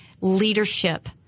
leadership